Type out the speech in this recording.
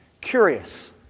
Curious